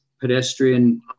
pedestrian